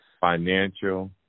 financial